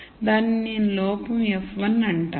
దానిని నేను లోపం f1 అంటాను